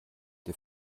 der